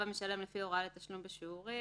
המשלם לפי הוראה לתשלום בשיעורים),